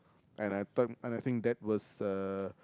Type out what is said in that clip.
and I think and I think that was uh